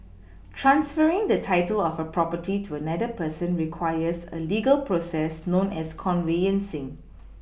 transferring the title of a property to another person requires a legal process known as conveyancing